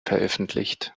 veröffentlicht